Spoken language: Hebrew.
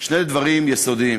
שני דברים יסודיים: